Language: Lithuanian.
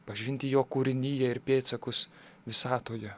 pažinti jo kūriniją ir pėdsakus visatoje